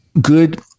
good